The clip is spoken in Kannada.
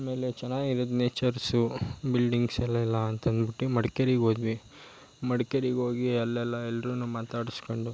ಆಮೇಲೆ ಚೆನ್ನಾಗಿರುತ್ತೆ ನೇಚರ್ಸು ಬಿಲ್ಡಿಂಗ್ಸೆಲೆಲ್ಲ ಅಂತ ಅಂದ್ಬಿಟ್ಟು ಮಡ್ಕೇರಿಗೆ ಹೋದ್ವಿ ಮಡ್ಕೇರಿಗೆ ಹೋಗಿ ಅಲ್ಲೆಲ್ಲ ಎಲ್ರೂ ಮಾತಾಡಿಸ್ಕೊಂಡು